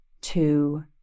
two